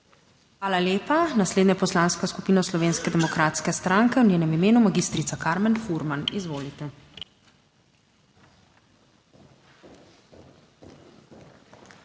Hvala lepa. Naslednja poslanska skupina Slovenske demokratske stranke, v njenem imenu magistrica Karmen Furman. Izvolite. **MAG.